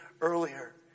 earlier